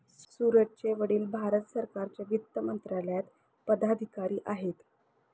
सूरजचे वडील भारत सरकारच्या वित्त मंत्रालयात पदाधिकारी आहेत